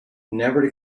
never